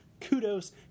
kudos